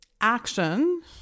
action